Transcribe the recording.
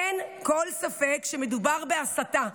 אין כל ספק שמדובר בהסתה,